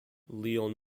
leon